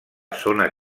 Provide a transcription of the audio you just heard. zona